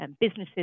Businesses